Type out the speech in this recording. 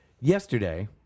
Yesterday